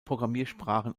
programmiersprachen